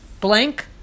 Blank